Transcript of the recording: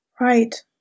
Right